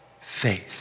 faith